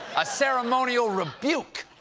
a ceremonial rebuke.